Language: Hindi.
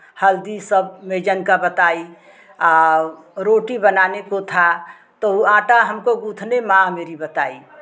हल्दी सब मेजन का बताई और रोटी बनाने को था तो आटा हमको गूंथने माँ मेरी बताई